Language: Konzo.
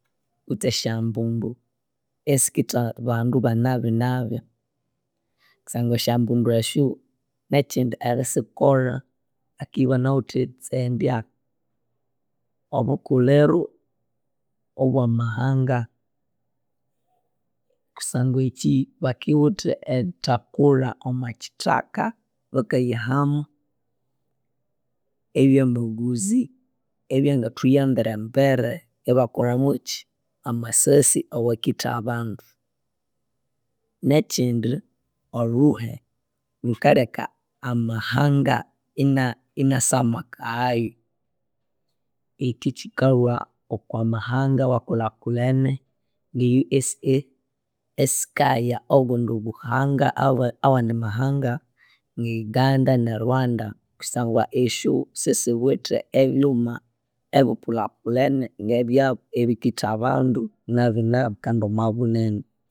Kutse esyambundu esikitha bandu banabi nabi kusangwa esyambundu esyo nekyindi erisikolha akibanawithe itsandya obukulhiro obwamahanga. Kusangwa ekyi baki wutha erithakulha omwakyithaka bakayihamu ebyamaguzi ebyangathuyambire embere, ibakolha mwekyi, amasasi awakitha abandu. Nekyindi olhuhe lhukaleka amahanga ina- inasa mwakaghayu. Ekyi kalhwa oko mahanga awakulhakulhene nge USA esikaghaya obundi buhanga awa- awandi mahanga nge Uganda ne Rwanda kusangwa isyu sisiwithe ebyuma ebikulhakulhene ngebyabu ebikitha abandu nabinabi kandi omwabunene